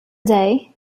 day